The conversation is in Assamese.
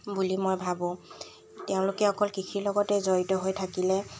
বুলি মই ভাবোঁ তেওঁলোকে অকল কৃষিৰ লগতে জড়িত হৈ থাকিলে